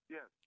Yes